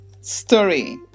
story